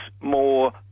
more